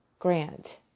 grant